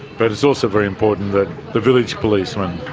but it's also very important that the village policeman,